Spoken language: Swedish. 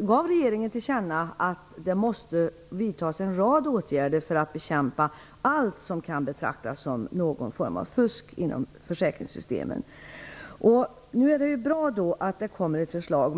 gav regeringen till känna att en rad åtgärder måste vidtas för att bekämpa allt som kan betraktas som någon form av fusk inom försäkringssystemen. Det är bra att det kommer ett förslag.